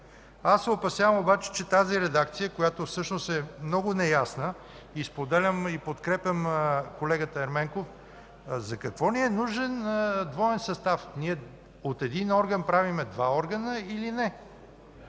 Опасявам се обаче, че тази редакция, която всъщност е много неясна, споделям и подкрепям колегата Ерменков: за какво ни е нужен двоен състав, ние от един орган правим два органа или не?